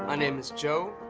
ah name is joe.